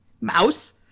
Mouse